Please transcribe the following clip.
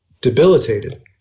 debilitated